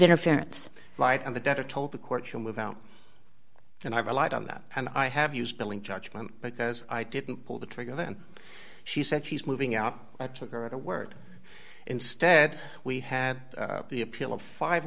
interference light and the debtor told the court you moved out and i relied on that and i have used billing judgment because i didn't pull the trigger then she said she's moving out i took her at her word instead we had the appeal of five